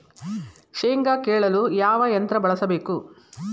ಶೇಂಗಾ ಕೇಳಲು ಯಾವ ಯಂತ್ರ ಬಳಸಬೇಕು?